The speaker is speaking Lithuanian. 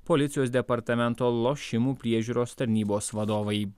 policijos departamento lošimų priežiūros tarnybos vadovai